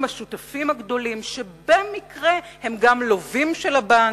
עם השותפים הגדולים שבמקרה הם גם לווים של הבנק.